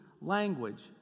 language